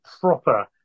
proper